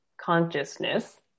consciousness